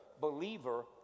believer